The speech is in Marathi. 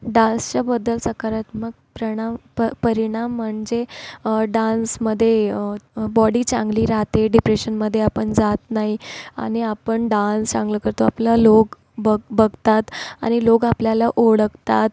डान्सच्या बद्दल सकारात्मक प्रणव प परिणाम म्हणजे डान्समध्ये बॉडी चांगली राहते डिप्रेशनमध्ये आपण जात नाही आणि आपण डान्स चांगलं करतो आपल्याला लोक बघ बघतात आणि लोक आपल्याला ओळखतात